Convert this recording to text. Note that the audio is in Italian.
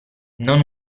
non